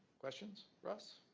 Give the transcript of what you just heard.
questions, russ?